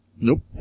nope